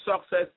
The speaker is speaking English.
success